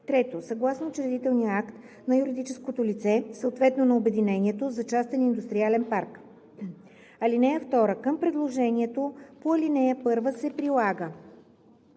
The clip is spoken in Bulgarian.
3. съгласно учредителния акт на юридическото лице, съответно на обединението – за частен индустриален парк. (2) Към предложението по ал. 1 се прилага: